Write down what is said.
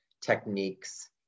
techniques